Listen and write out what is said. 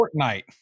Fortnite